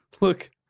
Look